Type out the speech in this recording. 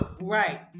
Right